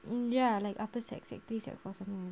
ya like upper sec sec three sec four something like that